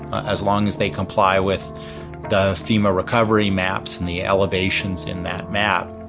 as long as they comply with the fema recovery maps and the elevations in that map.